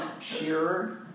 shearer